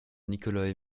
nicolae